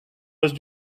reste